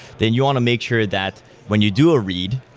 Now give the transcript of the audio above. then you want to make sure that when you do a read,